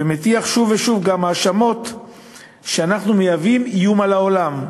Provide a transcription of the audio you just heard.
ומטיח שוב ושוב גם האשמות שאנחנו מהווים איום על העולם.